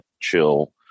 chill